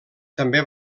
també